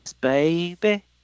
baby